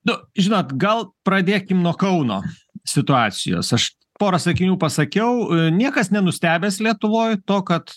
nu žinot gal pradėkim nuo kauno situacijos aš porą sakinių pasakiau niekas nenustebęs lietuvoj to kad